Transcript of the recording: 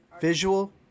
Visual